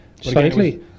Slightly